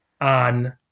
on